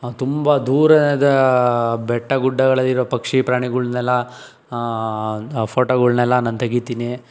ತುಂಬ ದೂರದ ಬೆಟ್ಟ ಗುಡ್ಡಗಳಲ್ಲಿರುವ ಪಕ್ಷಿ ಪ್ರಾಣಿಗಳ್ನೆಲ್ಲ ಫೋಟೋಗಳ್ನೆಲ್ಲ ನಾನು ತೆಗಿತೀನಿ